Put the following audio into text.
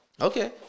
Okay